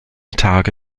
tage